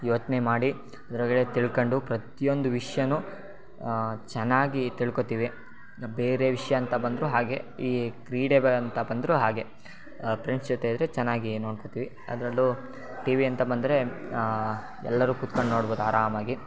ಯೋಚನೆ ಮಾಡಿ ಅದರೊಳ್ಗಡೆ ತಿಳ್ಕೊಂಡು ಪ್ರತ್ಯೊಂದು ವಿಷ್ಯನೂ ಚೆನ್ನಾಗಿ ತಿಳ್ಕೋತೀವಿ ಬೇರೆ ವಿಷಯ ಅಂತ ಬಂದ್ರೂ ಹಾಗೇ ಈ ಕ್ರೀಡೆ ಬ ಅಂತ ಬಂದ್ರೂ ಹಾಗೇ ಪ್ರೆಂಡ್ಸ್ ಜೊತೆ ಇದ್ದರೆ ಚೆನ್ನಾಗಿ ನೋಡ್ಕೋತೀವಿ ಅದರಲ್ಲೂ ಟಿ ವಿ ಅಂತ ಬಂದರೆ ಎಲ್ಲರೂ ಕೂತ್ಕಂಡು ನೋಡ್ಬೋದು ಆರಾಮಾಗಿ